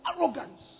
arrogance